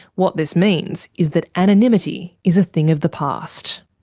what this means is that anonymity is a thing of the past.